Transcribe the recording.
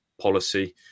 policy